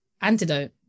Antidote